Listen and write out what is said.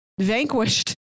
vanquished